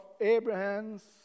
Abraham's